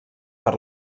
per